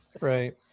right